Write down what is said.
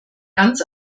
ganz